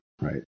right